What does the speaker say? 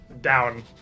down